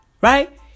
Right